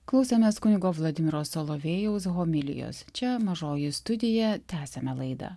klausėmės kunigo vladimiro solovėjaus homilijos čia mažoji studija tęsiame laidą